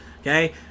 okay